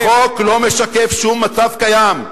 החוק לא משקף שום מצב קיים.